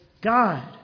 God